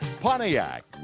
Pontiac